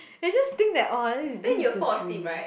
and we just think that orh this is this is a dream